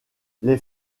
les